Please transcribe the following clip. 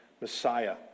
Messiah